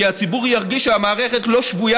כי הציבור ירגיש שהמערכת לא שבויה